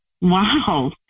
Wow